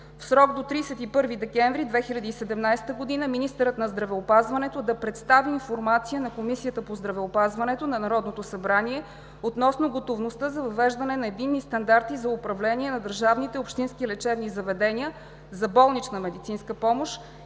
В срок до 31 декември 2017 г. министърът на здравеопазването да представи информация на Комисията по здравеопазването на Народното събрание относно готовността за въвеждането на единни стандарти за управление на държавните и общинските лечебни заведения за болнична медицинска помощ